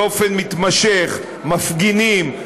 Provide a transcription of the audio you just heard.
באופן מתמשך: מפגינים,